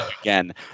again